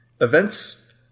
events